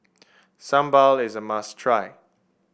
sambal is a must try